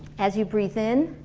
as you breath in,